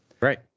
Right